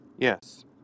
Yes